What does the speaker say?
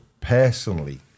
personally